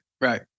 right